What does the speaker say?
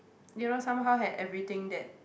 you know somehow had everything that